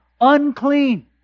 unclean